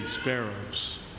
sparrows